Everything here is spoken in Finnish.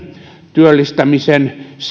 työllistämiseen